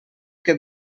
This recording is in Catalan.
que